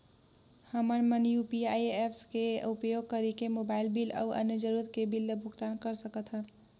हमन मन UPI apps के उपयोग करिके मोबाइल बिल अऊ अन्य जरूरत के बिल ल भुगतान कर सकथन